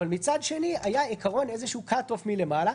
אבל מצד שני היה עיקרון, איזה Cut-off מלמעלה.